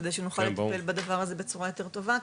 כדי שנוכל לטפל בדבר הזה בצורה יותר טובה,